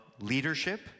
leadership